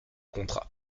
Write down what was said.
contrat